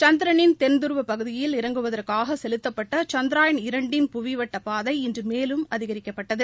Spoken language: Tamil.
சந்திரனின் தென்துருவப் பகுதியில் இறங்குவதற்காக செலுத்தப்பட்ட சந்த்ரயான் இரண்டின் புவிவட்டப்பாதை இன்று மேலும் அதிகரிக்கப்பட்டது